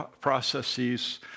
processes